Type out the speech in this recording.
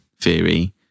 theory